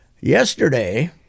yesterday